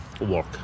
work